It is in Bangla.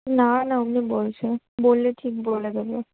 না না এমনি বলছে বললে ঠিক বলে দেবে